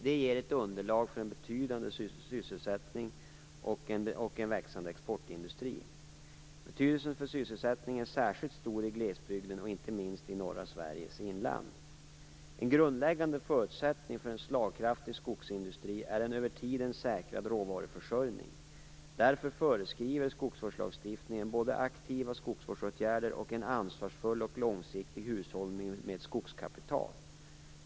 Det ger ett underlag för en betydande sysselsättning och en växande exportindustri. Betydelsen för sysselsättningen är särskilt stor i glesbygden och inte minst i norra Sveriges inland. En grundläggande förutsättning för en slagkraftig skogsindustri är en över tiden säkrad råvaruförsörjning. Därför föreskriver skogsvårdslagstiftningen både aktiva skogsvårdsåtgärder och en ansvarsfull och långsiktig hushållning med skogskapital.